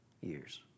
years